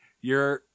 you're-